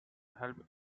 help